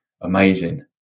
amazing